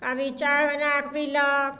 कभी चाय बनाए कऽ पीलक